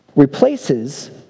replaces